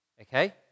Okay